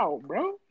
bro